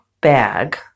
bag